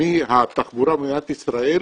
מהתחבורה במדינת ישראל